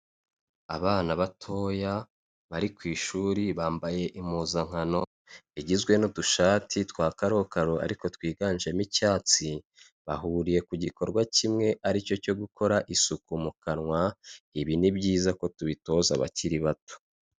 Abana batoya bari ku ishuri bambaye impuzankano igizwe n'udushati twa karokaro ariko twiganjemo icyatsi, bahuriye ku gikorwa kimwe aricyo cyo gukora isuku mu kanwa, ibi ni byiza ko tubitoza abakiri bato.